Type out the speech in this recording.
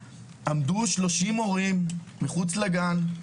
אבל 30 הורים עמדו מחוץ לגן,